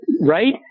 right